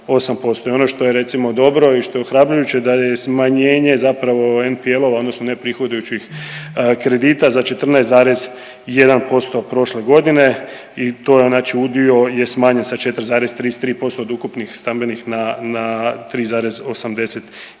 ono što je recimo dobro i što je ohrabrujuće da je smanjenje zapravo NPL-ova, odnosno neprihodujućih kredita za 14,1% prošle godine i to je znači udio je smanjen sa 4,33% od ukupnih stambenih na 3,82